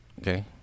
Okay